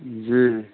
जी